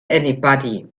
anybody